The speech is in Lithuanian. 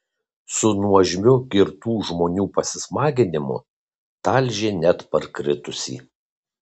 su nuožmiu girtų žmonių pasismaginimu talžė net parkritusį